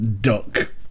duck